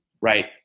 right